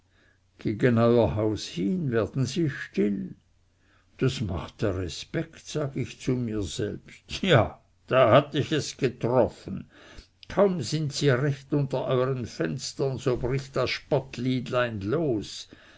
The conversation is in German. euer haus hin werden sie still das macht der respekt sag ich zu mir selbst ja da hatt ich es getroffen kaum sind sie recht unter euern fenstern so bricht das spottliedlein los